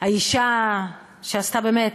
האישה שעשתה באמת,